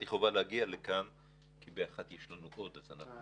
אבל מצאתי חובה להגיע לכאן עכשיו כי בשעה אחת יש לנו עוד דיון.